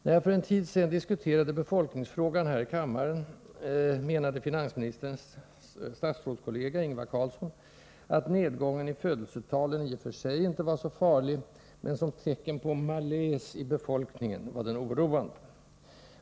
När jag för en tid sedan diskuterade befolkningsfrågan här i kammaren menade finansministerns statsrådskollega Ingvar Carlsson att nedgången i föranleder personer att bosätta sig födelsetalen i och för sig inte var så farlig, men som tecken på malaise i befolkningen var den oroande.